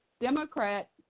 Democrat